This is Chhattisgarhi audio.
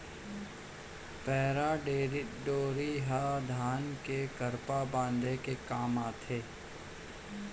पैरा डोरी ह धान के करपा बांधे के काम आथे